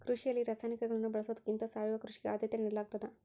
ಕೃಷಿಯಲ್ಲಿ ರಾಸಾಯನಿಕಗಳನ್ನು ಬಳಸೊದಕ್ಕಿಂತ ಸಾವಯವ ಕೃಷಿಗೆ ಆದ್ಯತೆ ನೇಡಲಾಗ್ತದ